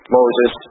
Moses